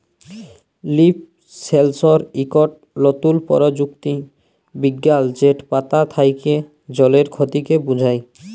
leaf সেলসর ইকট লতুল পরযুক্তি বিজ্ঞাল যেট পাতা থ্যাকে জলের খতিকে বুঝায়